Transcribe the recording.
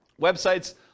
websites